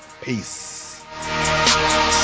Peace